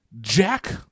Jack